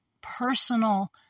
personal